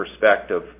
perspective